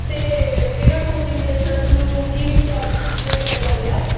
ਅਤੇ ਇਹਨਾਂ ਕੋਚਿੰਗ ਦੇ ਸਰ ਨੂੰ ਕੀ ਚਾਰਜਿਸ ਪੇਅ ਕਰਨੇ ਪੈਂਦੇ ਆ